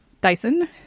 Dyson